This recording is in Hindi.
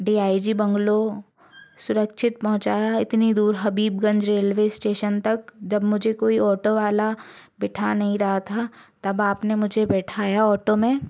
डी आई जी बंग्लो सुरक्षित पहुँचाया इतनी दूर हबीबगंज रेलवे स्टेशन तक जब मुझे कोई ऑटो वाला बैठा नहीं रहा था तब आपने मुझे बैठाया ऑटो में